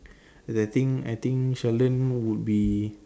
the thing I think Sheldon would be